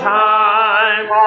time